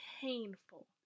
painful